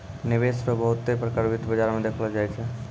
निवेश रो बहुते प्रकार वित्त बाजार मे देखलो जाय छै